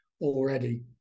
already